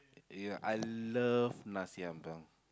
ya I love nasi-ambeng